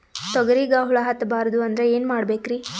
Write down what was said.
ತೊಗರಿಗ ಹುಳ ಹತ್ತಬಾರದು ಅಂದ್ರ ಏನ್ ಮಾಡಬೇಕ್ರಿ?